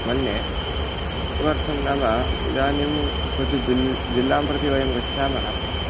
मन्ये किमर्थं नाम इदानीं क्वचित् जिल् जिल्लां प्रति वयं गच्छामः